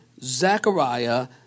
Zechariah